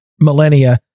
millennia